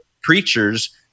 preachers